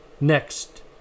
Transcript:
Next